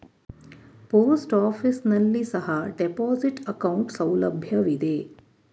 post office ನಲ್ಲಿ ಸಹ deposit account ಸೌಲಭ್ಯವಿದೆ